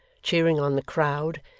cheering on the crowd,